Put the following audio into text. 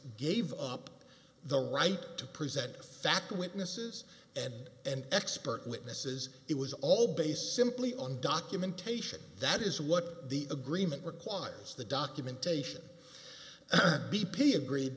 gave up the right to present fact witnesses and and expert witnesses it was all based simply on documentation that is what the agreement requires the documentation b p agreed